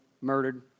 murdered